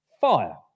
fire